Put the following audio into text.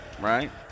right